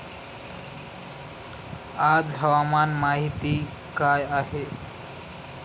आज हवामान माहिती काय आहे?